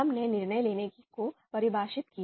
हमने निर्णय लेने को परिभाषित किया